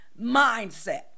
mindset